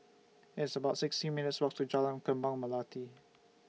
It's about sixty minutes' Walk to Jalan Kembang Melati